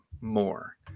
more